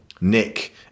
Nick